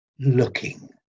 looking